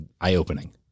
eye-opening